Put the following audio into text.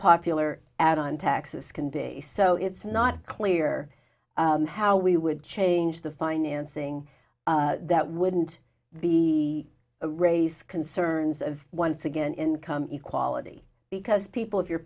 popular add on taxes can be so it's not clear how we would change the financing that wouldn't be a raise concerns of once again income equality because people if you're